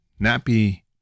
Nappy